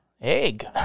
Egg